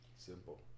Simple